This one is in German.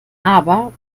aber